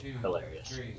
hilarious